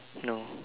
no